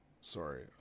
Sorry